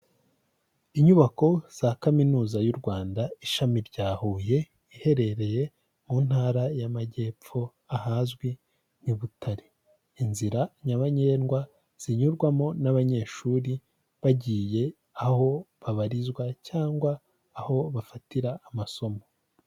Inyubako za kaminuza y'u Rwanda ishami rya Huye, iherereye mu ntara y'Amajyepfo ahazwi nk'i Butare, inzira nyabagendwa zinyurwamo n'abanyeshuri bagiye aho babarizwa cyangwa aho bafatira amasomo.